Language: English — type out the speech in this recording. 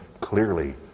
clearly